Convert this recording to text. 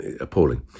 appalling